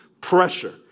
pressure